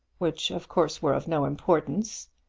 which of course were of no importance,